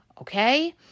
Okay